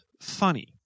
funny